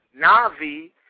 Na'vi